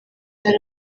yari